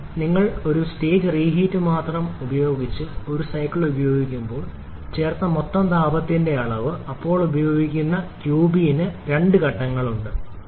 ഇപ്പോൾ നിങ്ങൾ ഒരു സ്റ്റേജ് റീഹീറ്റ് ഉപയോഗിച്ച് ഒരു സൈക്കിൾ ഉപയോഗിക്കുമ്പോൾ ചേർത്ത മൊത്തം താപത്തിന്റെ അളവ് ഇപ്പോൾ ഉപയോഗിക്കുന്ന qB ന് ഇപ്പോൾ രണ്ട് ഘടകങ്ങളുണ്ട്